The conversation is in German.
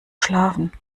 schlafen